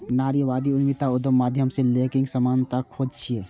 नारीवादी उद्यमिता उद्यमक माध्यम सं लैंगिक समानताक खोज छियै